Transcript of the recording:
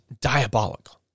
diabolical